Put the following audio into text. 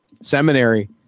seminary